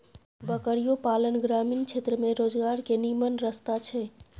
बकरियो पालन ग्रामीण क्षेत्र में रोजगार के निम्मन रस्ता छइ